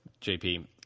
JP